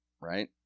right